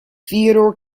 theodor